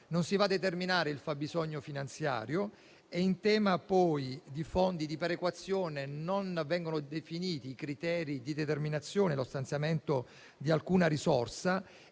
non si va a determinare il fabbisogno finanziario. In tema di fondi di perequazione, non vengono definiti i criteri di determinazione né lo stanziamento di alcuna risorsa.